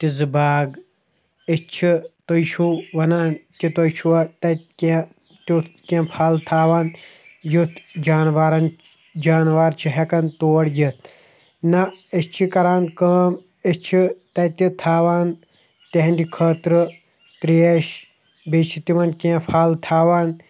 تہِ زٕ باغ أسۍ چھِ تُہۍ چھِو وَنان کہِ تُہۍ چھوا تَتہِ کیٚنٛہہ تیُتھ کیٚنٛہہ پھل تھاوان یُتھ جاناوارن جاناوار چھِ ہٮ۪کان تور یِتھ نہ أسۍ چھِ کران کٲم أسۍ چھِ تَتہِ تھاوان تِہنٛدِ خٲطرٕ تریش بیٚیہِ چھِ تِمن کینٛہہ پھل تھاوان